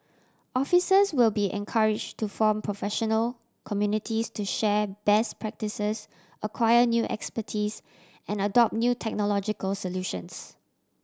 officers will be encouraged to form professional communities to share best practices acquire new expertise and adopt new technological solutions